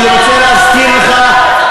אני רוצה להזכיר לך,